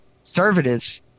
conservatives